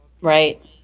Right